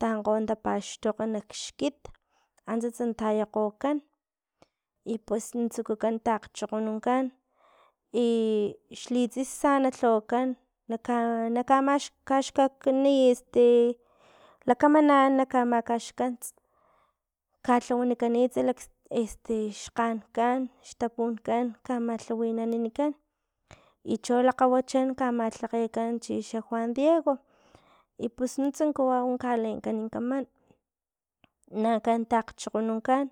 tankgo tapaxtokg kxkit antsasa tayakgokan i pues nuntsats na tsukukan takgchokgonunkan i xli tsisa na lhawakan naka nakamaxkakan lakamanan na kamakaxkan kalhawanikan chi xalaksti xkgan kan xtapunkan kama lhawawininankan i cho lakgawachan kamalhakgekan chixa juan diego i pus nuntsa kawau kalenkan kaman na ankan takgchokgonankan